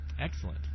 Excellent